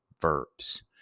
verbs